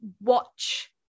watch